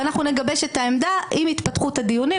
ואנחנו נגבש את העמדה עם התפתחות הדיונים,